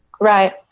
Right